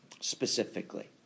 specifically